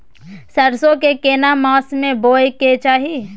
सरसो के केना मास में बोय के चाही?